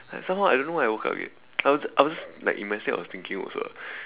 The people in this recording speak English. like somehow I don't know why I woke up again I was just I was just in my sleep I was thinking also ah